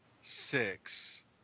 six